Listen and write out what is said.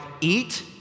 eat